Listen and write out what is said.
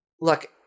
look